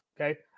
okay